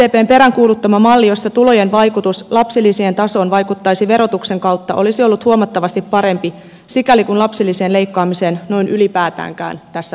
sdpn peräänkuuluttama malli jossa tulot vaikuttaisivat lapsilisien tasoon verotuksen kautta olisi ollut huomattavasti parempi sikäli kuin lapsilisien leikkaamiseen noin ylipäätäänkään tässä talossa mennään